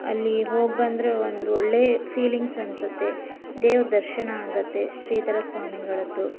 ಅಲ್ಲಿ ಹೋಗಿ ಬಂದರೆ ಒಂದು ಒಳ್ಳೆಯ ಫೀಲಿಂಗ್ಸ್ ಅನ್ನಿಸುತ್ತೆ ದೇವ್ರ ದರ್ಶನ ಆಗುತ್ತೆ ಶ್ರೀಧರ ಸ್ವಾಮಿಗಳದ್ದು